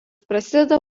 prasideda